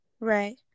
Right